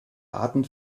arten